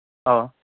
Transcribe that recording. অঁ